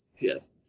Yes